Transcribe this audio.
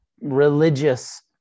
religious